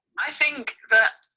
i think that,